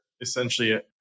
essentially